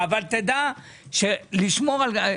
אמרו